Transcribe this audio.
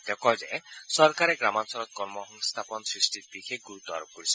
তেওঁ কয় যে চৰকাৰে গ্ৰামাঞ্চলত কৰ্মসংস্থাপন সৃষ্টিত বিশেষ গুৰুত্ব আৰোপ কৰিছে